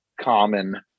common